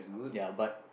ya but